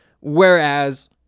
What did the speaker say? Whereas